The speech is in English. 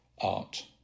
art